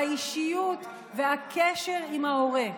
האישיות והקשר עם ההורה.